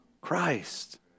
Christ